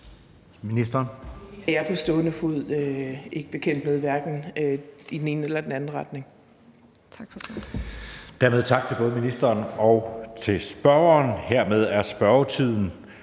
er jeg på stående fod ikke bekendt med, hverken i den ene eller den anden retning. Kl.